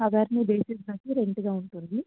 ఆధార్ని బేస్ను బట్టి రెంట్గా ఉంటుంది